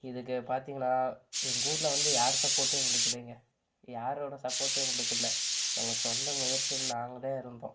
இதுக்கு பார்த்திங்கன்னா எங்கள் ஊர்ல வந்து யார் சப்போட்டும் எங்களுக்கு இல்லைங்க யாரோட சப்போட்டும் எங்களுக்கு இல்லை எங்கள் சொந்த முயற்சியில நாங்களே இருந்தோம்